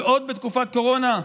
ועוד בתקופת קורונה?